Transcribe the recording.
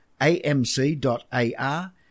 amc.ar